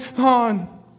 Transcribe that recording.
on